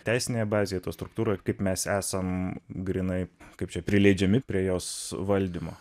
teisinėje bazėje to struktūroj kaip mes esam grynai kaip čia prileidžiami prie jos valdymo